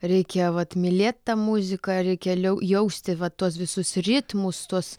reikia vat mylėt tą muziką reikia liau jausti va tuos visus ritmus tuos